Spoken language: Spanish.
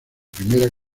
primera